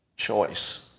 Choice